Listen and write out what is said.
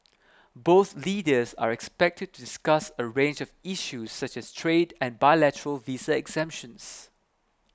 both leaders are expected to discuss a range of issues such as trade and bilateral visa exemptions